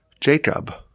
Jacob